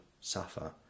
suffer